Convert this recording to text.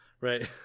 Right